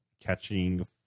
catching